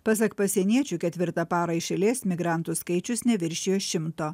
pasak pasieniečių ketvirtą parą iš eilės migrantų skaičius neviršijo šimto